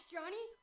Johnny